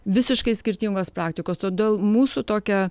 visiškai skirtingos praktikos todėl mūsų tokia